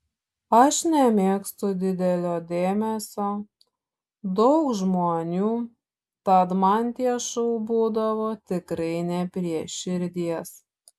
aš nemėgstu didelio dėmesio daug žmonių tad man tie šou būdavo tikrai ne prie širdies